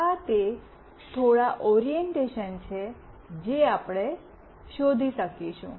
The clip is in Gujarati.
આ તે થોડા ઑરિએન્ટેશન છે જે આપણે શોધી શકશું